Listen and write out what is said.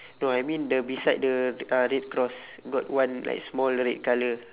no I mean the beside the uh red cross got one like small red colour